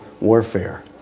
warfare